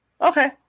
Okay